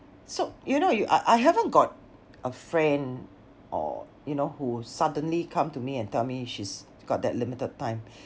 so you know you I I haven't got a friend or you know who suddenly come to me and tell me she's got that limited time